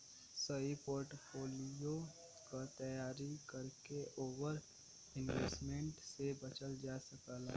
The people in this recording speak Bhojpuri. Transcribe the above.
सही पोर्टफोलियो क तैयारी करके ओवर इन्वेस्टमेंट से बचल जा सकला